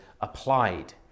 applied